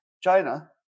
China